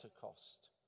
cost